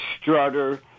Strutter